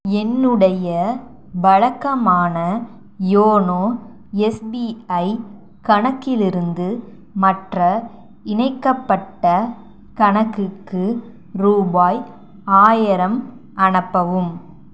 என்னுடைய வழக்கமான YONO SBI கணக்கிலிருந்து மற்ற இணைக்கப்பட்ட கணக்குக்கு ரூபாய் ஆயிரம் அனுப்பவும்